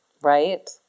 Right